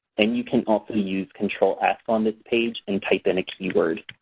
and you can also use control f on this page and type in a keyword.